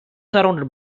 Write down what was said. surrounded